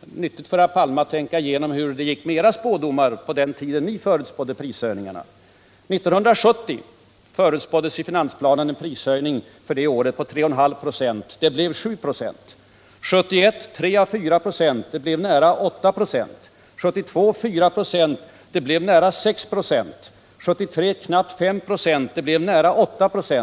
nyttigt för herr Palme att tänka igenom hur det gick med era spådomar på den tiden ni förutsade prisutvecklingen. 1970 förutspåddes i finansplanen en prishöjning för det året på 3,5 96. Det blev 7 96. 1971 förutspåddes 3 å 4 96 — det blev nära 8 96. 1972 räknade man med 4 96 — det blev nära 6 96. 1973 förutspåddes knappt 5 96 — det blev nära 8 96.